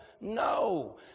No